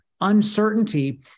uncertainty